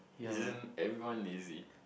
isn't everyone lazy